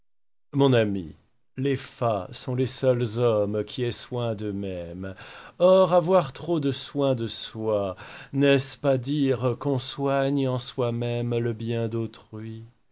mon ami les fats sont les seuls hommes qui aient soin d'eux-mêmes or avoir trop soin de soi n'est-ce pas dire qu'on soigne en soi-même le bien d'autrui